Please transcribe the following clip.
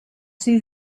see